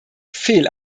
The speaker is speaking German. fehl